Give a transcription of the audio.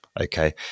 okay